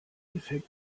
effekt